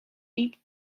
deep